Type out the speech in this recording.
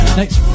next